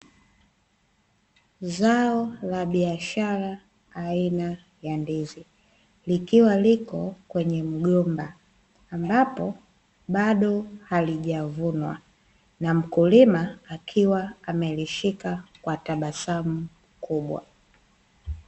Zao la biashara aina ya ndizi likiwa liko kwenye mgomba ambapo bado halijavunwa, na mkulima akiwa amelishika kwa tabasamu kubwa.